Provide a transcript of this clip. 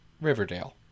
riverdale